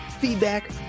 feedback